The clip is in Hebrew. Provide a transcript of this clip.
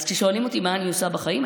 אז כששואלים אותי מה אני עושה בחיים,